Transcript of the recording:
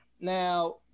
Now